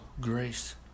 Grace